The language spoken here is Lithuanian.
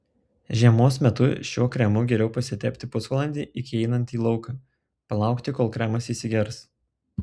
žiemos metu šiuo kremu geriau pasitepti pusvalandį iki einant į lauką palaukti kol kremas įsigers